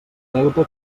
deute